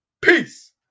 Peace